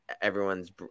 everyone's